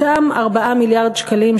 אותם 4 מיליארד שקלים,